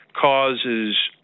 causes